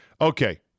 Okay